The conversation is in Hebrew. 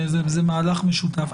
זה מהלך משותף,